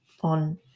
on